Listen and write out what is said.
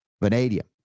vanadium